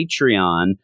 Patreon